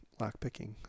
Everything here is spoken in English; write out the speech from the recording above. lockpicking